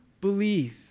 believe